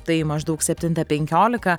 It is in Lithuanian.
tai maždaug septintą penkiolika